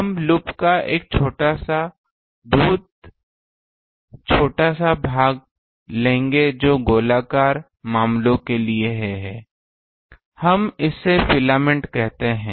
हम लूप का एक छोटा सा भाग बहुत छोटा भाग लेंगे जो गोलाकार मामलों के लिए है हम इसे फिलामेंट कहते हैं